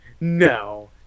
no